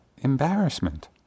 embarrassment